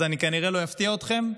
אז אני כנראה לא אפתיע אתכם,